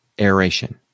aeration